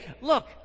Look